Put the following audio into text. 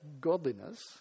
godliness